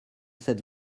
cette